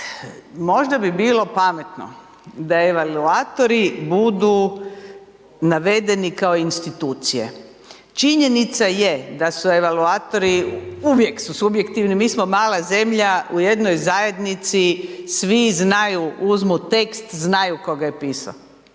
Možda bi bilo pametno da evaluatori budu navedeni kao institucije. Činjenica je da su evaluatori uvijek su subjektivni. Mi smo mala zemlja. U jednoj zajednici svi znaju, uzmu tekst znaju tko ga je pisao.